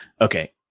Okay